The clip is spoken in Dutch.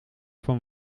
van